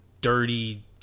dirty